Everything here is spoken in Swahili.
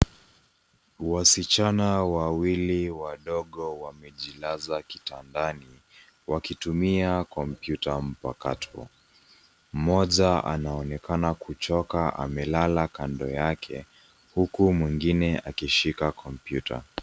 Wasichana wawili wadogo wamejilaza kitandani wakitumia kompyuta mpakato, mmoja anaonekana kuchoka amelala kando yake huku mwingine akishika kompyuta.